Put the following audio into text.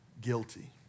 guilty